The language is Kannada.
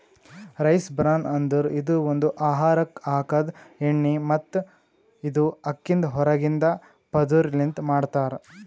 ರೈಸ್ ಬ್ರಾನ್ ಅಂದುರ್ ಇದು ಒಂದು ಆಹಾರಕ್ ಹಾಕದ್ ಎಣ್ಣಿ ಮತ್ತ ಇದು ಅಕ್ಕಿದ್ ಹೊರಗಿಂದ ಪದುರ್ ಲಿಂತ್ ಮಾಡ್ತಾರ್